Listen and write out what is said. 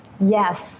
Yes